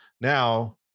Now